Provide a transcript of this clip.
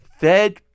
fed